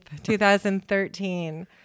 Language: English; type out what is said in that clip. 2013